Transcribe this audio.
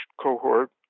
cohort